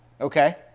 Okay